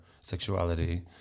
sexuality